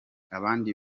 abandi